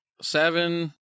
Seven